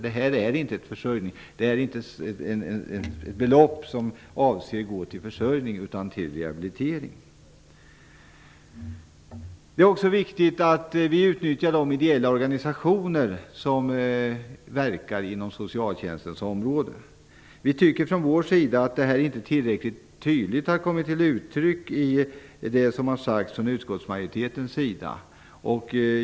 Det är ju inte fråga om ett belopp som avses gå till försörjning, utan det skall gå till rehabilitering. Det är också viktigt att vi utnyttjar de ideella organisationer som verkar inom Socialtjänstens område. Vi tycker att detta inte tillräckligt tydligt har kommit till uttryck i det som har sagts från utskottsmajoritetens sida.